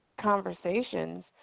conversations